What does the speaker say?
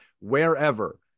wherever